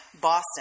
Boston